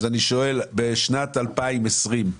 אני שואל - בשנת 2020,